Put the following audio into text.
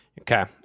okay